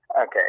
okay